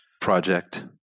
project